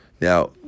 Now